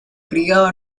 criado